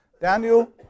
Daniel